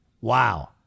Wow